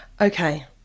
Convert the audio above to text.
Okay